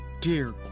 dear